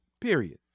Period